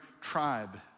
tribe